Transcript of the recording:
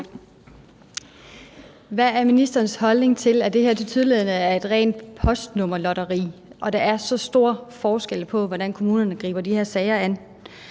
Hvad er ministerens holdning til, at det her tilsyneladende er et rent postnummerlotteri, og at der er så store forskelle på, hvordan kommunerne griber de her sager an?